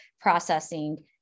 processing